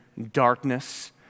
darkness